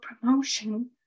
promotion